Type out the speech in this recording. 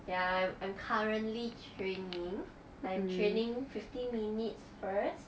yeah I'm I'm currently training I am training fifty minutes first